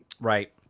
Right